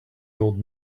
old